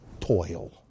toil